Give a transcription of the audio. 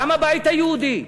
גם הבית היהודי,